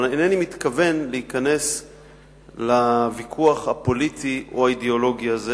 אבל אינני מתכוון להיכנס לוויכוח הפוליטי או האידיאולוגי הזה,